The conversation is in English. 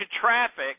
traffic